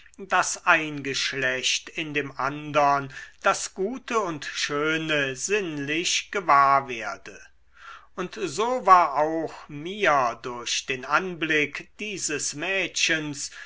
daß ein geschlecht in dem andern das gute und schöne sinnlich gewahr werde und so war auch mir durch den anblick dieses mädchens